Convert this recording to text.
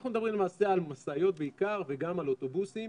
אנחנו מדברים למעשה על משאיות בעיקר וגם על אוטובוסים